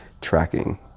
tracking